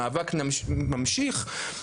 המאבק ממשיך,